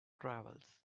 travels